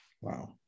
Wow